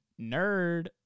nerd